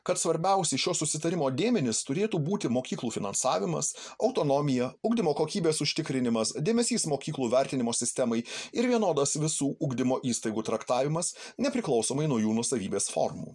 kad svarbiausi šio susitarimo dėmenys turėtų būti mokyklų finansavimas autonomija ugdymo kokybės užtikrinimas dėmesys mokyklų vertinimo sistemai ir vienodas visų ugdymo įstaigų traktavimas nepriklausomai nuo jų nuosavybės formų